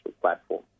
platform